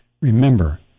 Remember